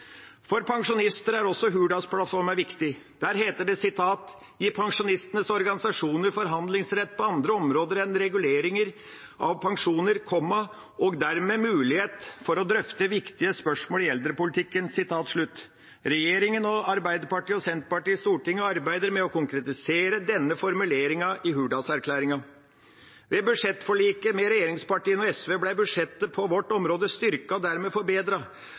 For pensjonister er også Hurdalsplattformen viktig. Der heter det at regjeringa vil «gi pensjonistenes organisasjoner forhandlingsrett på andre områder enn reguleringen av pensjonene, og dermed mulighet til å drøfte viktige spørsmål i eldrepolitikken». Regjeringa, og Arbeiderpartiet og Senterpartiet i Stortinget, arbeider med å konkretisere denne formuleringen i Hurdalsplattformen. Ved budsjettforliket mellom regjeringspartiene og SV ble budsjettet på vårt område styrket, og dermed